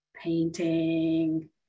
painting